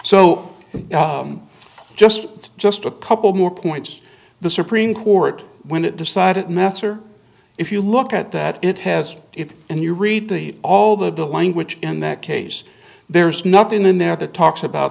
so just just a couple more points the supreme court when it decided messer if you look at that it has if and you read the all the language in that case there's nothing in there the talks about